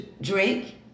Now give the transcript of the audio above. drink